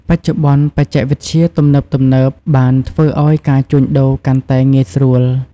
បច្ចុប្បន្ន បច្ចេកវិទ្យាទំនើបៗ បានធ្វើឱ្យការជួញដូរកាន់តែងាយស្រួល។